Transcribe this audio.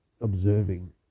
observing